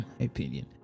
opinion